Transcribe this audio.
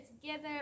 together